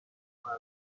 باران